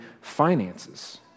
finances